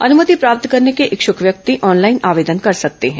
अनुमति प्राप्त करने के इच्छुक व्यक्ति ऑनलाइन आवेदन कर सकते हैं